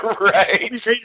Right